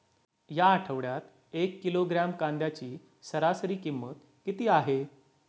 या आठवड्यात एक किलोग्रॅम कांद्याची सरासरी किंमत किती आहे?